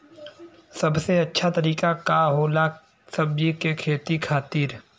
सबसे अच्छा तरीका का होला सब्जी के खेती खातिर?